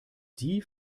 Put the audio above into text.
die